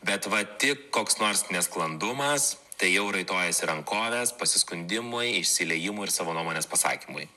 bet va tik koks nors nesklandumas tai jau raitojasi rankoves pasiskundimui išsiliejimui ir savo nuomonės pasakymui